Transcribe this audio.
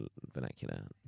vernacular